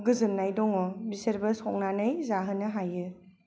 गोजोननाय दङ बिसोरबो संनानै जाहोनो हायो